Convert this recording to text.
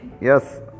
Yes